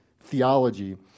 theology